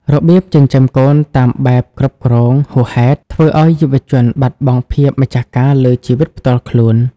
របៀបចិញ្ចឹមកូនតាមបែប "គ្រប់គ្រង" ហួសហេតុ ធ្វើឱ្យយុវជនបាត់បង់ភាពម្ចាស់ការលើជីវិតផ្ទាល់ខ្លួន។